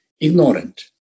ignorant